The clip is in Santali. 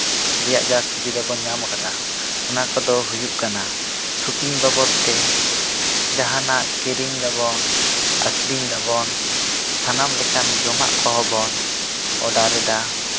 ᱨᱮᱭᱟᱜ ᱡᱟ ᱥᱩᱵᱤᱫᱟ ᱵᱚᱱ ᱧᱟᱢ ᱟᱠᱟᱫᱼᱟ ᱚᱱᱟ ᱠᱚᱫᱚ ᱦᱩᱭᱩᱜ ᱠᱟᱱᱟ ᱥᱩᱯᱤᱝ ᱵᱟᱵᱚᱫ ᱛᱮ ᱡᱟᱦᱟᱸᱱᱟᱜ ᱠᱤᱨᱤᱧ ᱫᱟᱵᱚᱱ ᱟᱹᱠᱷᱨᱤᱧ ᱫᱟᱵᱚᱱ ᱥᱟᱱᱟᱢ ᱞᱮᱠᱟᱱ ᱡᱚᱢᱟᱜ ᱠᱚᱦᱚᱸᱵᱚᱱ ᱚᱰᱟᱨᱮᱫᱟ